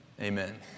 amen